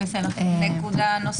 במהלך החקירה - אחרי הדיון בבית המשפט הנפגע